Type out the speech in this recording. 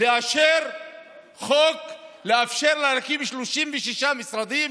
לאשר חוק לאפשר לה להקים 36 משרדים